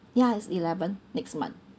ya it's eleven next month